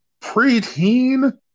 preteen